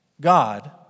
God